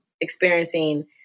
experiencing